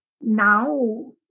now